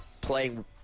playing